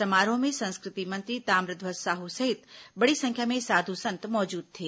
समारोह में संस्कृति मंत्री ताम्रध्वज साहू सहित बड़ी संख्या में साधु संत मौजूद थे